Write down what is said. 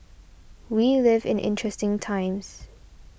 we live in interesting times